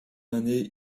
année